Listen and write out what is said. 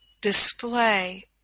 display